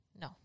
No